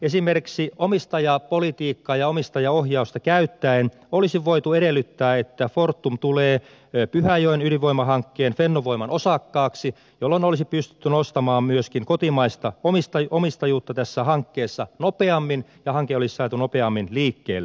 esimerkiksi omistajapolitiikkaa ja omistajaohjausta käyttäen olisi voitu edellyttää että fortum tulee pyhäjoen ydinvoimahankkeen fennovoiman osakkaaksi jolloin olisi pystytty nostamaan myöskin kotimaista omistajuutta tässä hankkeessa nopeammin ja hanke olisi saatu nopeammin liikkeelle